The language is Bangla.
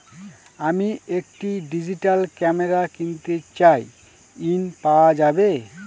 আমি একটি ডিজিটাল ক্যামেরা কিনতে চাই ঝণ পাওয়া যাবে?